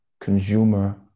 consumer